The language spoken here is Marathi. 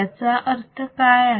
याचा अर्थ काय आहे